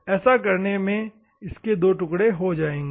ऐसा करने से इस के दो टुकड़े हो जाएंगे